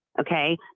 okay